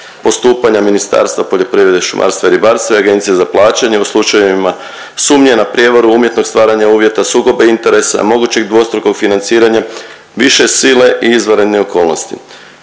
postupanja Ministarstva poljoprivrede, šumarstva i ribarstva i Agencije za plaćanje u slučajevima sumnje na prijevaru, umjetnog stvaranja uvjeta, sukoba interesa, mogućeg dvostrukog financiranja više sile i izvanredne okolnosti.